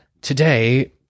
today